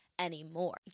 Anymore